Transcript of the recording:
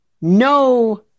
no